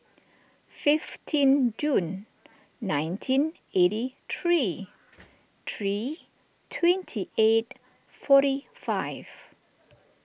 fifteen June nineteen eighty three three twenty eight forty five